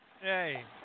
Hey